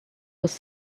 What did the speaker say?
was